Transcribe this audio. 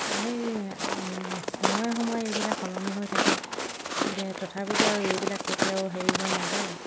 এই সময়ে সময়ে এইবিলাক সলনি হৈ থাকে এতিয়া তথাপিতো আৰু এইবিলাক কেতিয়াও হেৰি হৈ নাযায়